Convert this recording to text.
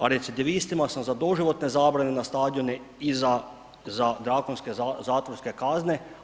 A recidivistima sam za doživotne zabrane na stadione i za drakonske zatvorske kazne.